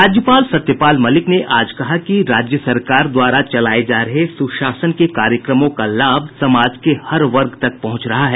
राज्यपाल सत्यपाल मलिक ने आज कहा कि राज्य सरकार द्वारा चलाये जा रहे सुशासन के कार्यक्रमों का लाभ समाज के हर वर्ग तक पहुंच रहा है